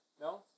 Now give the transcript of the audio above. No